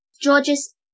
George's